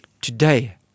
Today